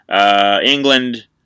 England